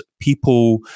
people